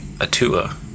Atua